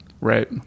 right